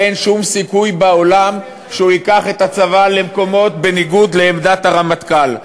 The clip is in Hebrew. ואין שום סיכוי בעולם שהוא ייקח את הצבא למקומות בניגוד לעמדת הרמטכ"ל.